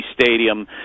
stadium